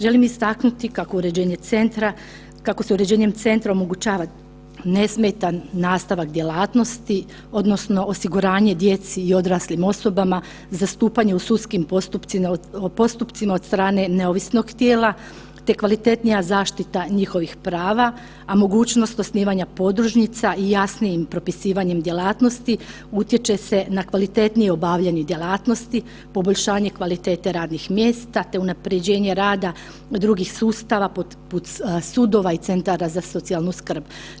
Želim istaknuti kako je uređenje centra, kako se uređenjem centra omogućava nesmetan nastavak djelatnosti odnosno osiguranje djeci i odraslim osobama zastupanje u sudskim postupcima od strane neovisnog tijela, te kvalitetnija zaštita njihovih prava, a mogućnost osnivanja podružnica i jasnijim propisivanjem djelatnosti utječe se na kvalitetnije obavljanje djelatnosti, poboljšanje kvalitete radnih mjesta, te unapređenje rada drugih sustava, sudova i centara za socijalnu skrb.